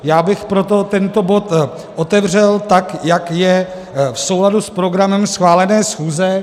Já bych proto tento bod otevřel, tak jak je v souladu s programem schválené schůze.